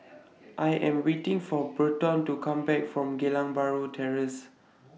I Am waiting For Berton to Come Back from Geylang Bahru Terrace